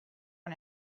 and